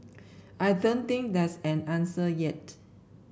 I don't think there's an answer yet